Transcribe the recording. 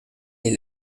les